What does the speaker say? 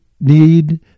need